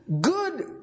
good